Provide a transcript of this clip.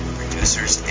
producers